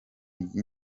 iyi